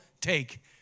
take